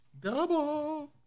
Double